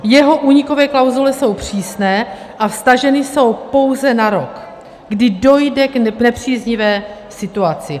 Jeho únikové klauzule jsou přísné a vztaženy jsou pouze na rok, kdy dojde k nepříznivé situaci.